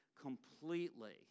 completely